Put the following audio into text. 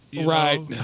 Right